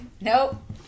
Nope